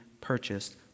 purchased